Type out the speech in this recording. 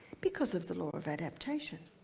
because of the law of adaptation.